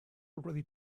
already